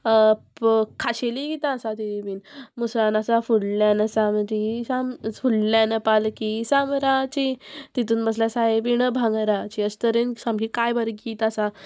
खाशेली गितां आसा ती बीन मुसलां नाचा आसा फुडल्यान साम ती साम फुडल्यान पालकी सामराची तितून बसल्या सायबीण भांगराची अशे तरेन सामकी कांय बरें गीत आसा